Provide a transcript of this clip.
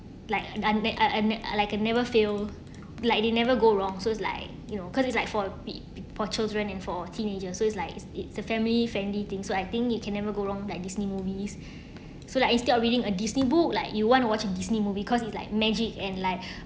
like a n~ a n~ like a never fail like it never go wrong so is like you know cause it's like for p~ for children and for teenagers so it's like it's a family friendly thing so I think it can never go wrong like disney movies so like instead of reading a disney book like you wanna watching disney movie cause it's like magic and like